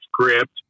script